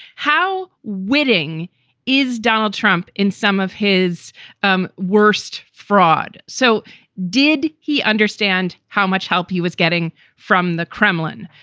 how willing is donald trump in some of his um worst fraud? so did he understand how much help he was getting from the kremlin?